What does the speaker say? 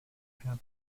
have